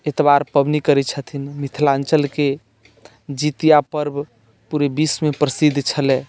इतवार पाबनि करैत छथिन मिथिलाञ्चलके जितिया पर्व पूरे विश्वमे प्रसिद्ध छलै